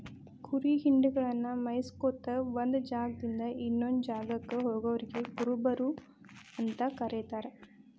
ಕುರಿ ಹಿಂಡಗಳನ್ನ ಮೇಯಿಸ್ಕೊತ ಒಂದ್ ಜಾಗದಿಂದ ಇನ್ನೊಂದ್ ಜಾಗಕ್ಕ ಹೋಗೋರಿಗೆ ಕುರುಬರು ಅಂತ ಕರೇತಾರ